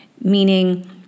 Meaning